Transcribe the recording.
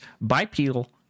bipedal